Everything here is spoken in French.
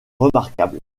remarquable